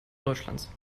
deutschlands